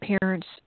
parents